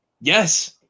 Yes